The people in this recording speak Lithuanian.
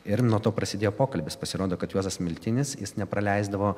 ir nuo to prasidėjo pokalbis pasirodo kad juozas miltinis jis nepraleisdavo